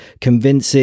convincing